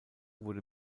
wurde